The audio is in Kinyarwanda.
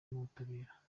n’ubutabera